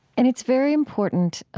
and it's very important